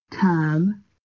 term